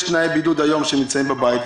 יש תנאי בידוד היום שנמצאים בבית,